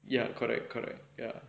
ya correct correct ya